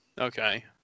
Okay